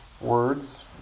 words